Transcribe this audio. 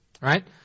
right